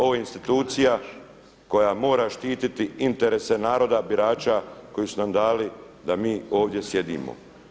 Ovo je institucija koja mora štititi interese naroda birača koji su nam dali da mi ovdje sjedimo.